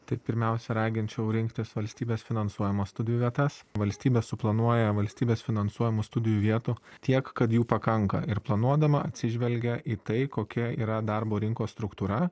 tai pirmiausia raginčiau rinktis valstybės finansuojamas studijų vietas valstybė suplanuoja valstybės finansuojamų studijų vietų tiek kad jų pakanka ir planuodama atsižvelgia į tai kokia yra darbo rinkos struktūra